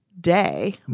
day